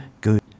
good